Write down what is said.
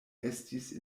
estis